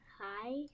Hi